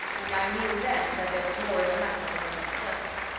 and i knew then that there was more in the matter than was on the surface.